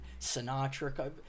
sinatra